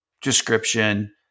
description